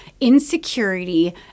insecurity